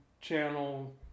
channel